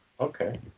okay